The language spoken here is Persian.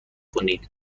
کنید